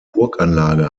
burganlage